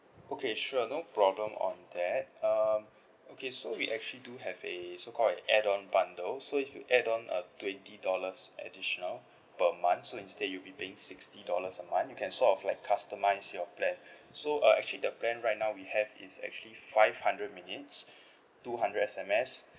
okay sure no problem on that um okay so we actually do have a so called an add on bundle so if you add on uh twenty dollars additional per month so instead you'll be paying sixty dollars a month you can sort of like customise your plan so uh actually the plan right now we have is actually five hundred minutes two hundred S_M_S